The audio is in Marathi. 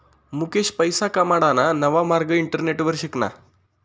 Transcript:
मुकेश पैसा कमाडाना नवा मार्ग इंटरनेटवर शिकना